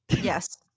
Yes